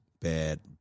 bad